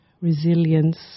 resilience